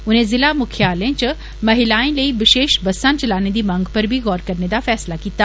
उनें ज़िला मुख्यालयें च महिलाएं लेई विशेष बस्सा चलाने दी मंग पर बी ग़ौर करने दा फैसला कीता